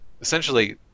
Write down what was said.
Essentially